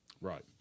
Right